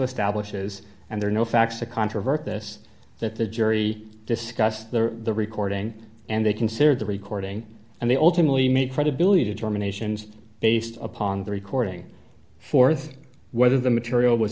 establishes and there are no facts to controvert this that the jury discussed the the recording and they considered the recording and they ultimately made credibility determinations based upon the recording forth whether the material was